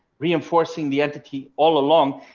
reinforcing the entity all along,